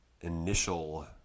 initial